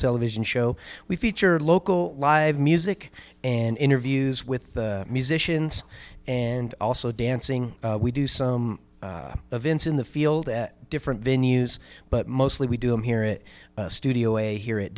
television show we feature local live music and interviews with musicians and also dancing we do some events in the field at different venues but mostly we do them here it studio here at